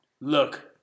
Look